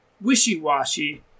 wishy-washy